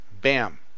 BAM